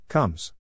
Comes